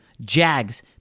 Jags